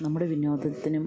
നമ്മുടെ വിനോദത്തിനും